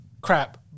crap